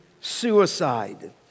suicide